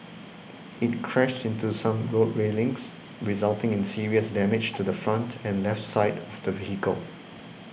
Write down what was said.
it crashed into some road railings resulting in serious damage to the front and left side of the vehicle